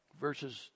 Verses